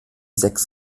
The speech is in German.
sechs